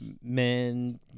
men